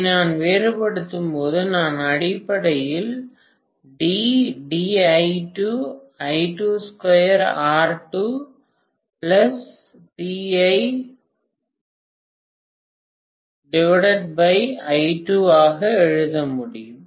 இதை நான் வேறுபடுத்தும்போது நான் அடிப்படையில் ஆக எழுத முடியும்